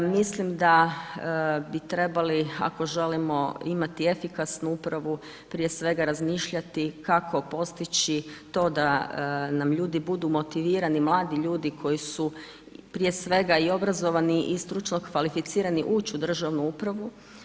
Mislim da bi trebali, ako želimo imati efikasnu upravu, prije svega razmišljati kako postići to da nam ljudi budu motivirani, mladi ljudi, koji su prije svega i obrazovani i stručno kvalificirani ući u državnu upravu.